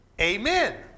Amen